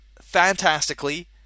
fantastically